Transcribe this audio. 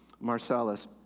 Marcellus